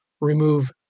remove